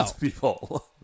people